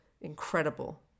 incredible